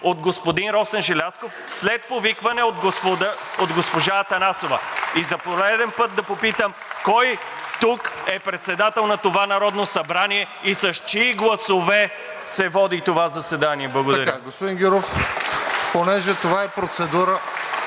от господин Росен Желязков след повикване от госпожа Атанасова. И за пореден път да попитам кой тук е председател на това Народно събрание и с чии гласове се води това заседание? Благодаря.